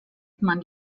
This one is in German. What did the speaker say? man